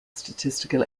statistical